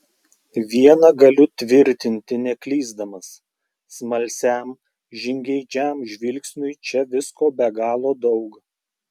viena galiu tvirtinti neklysdamas smalsiam žingeidžiam žvilgsniui čia visko be galo daug